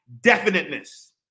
definiteness